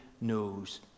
knows